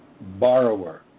borrower